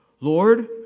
Lord